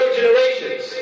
generations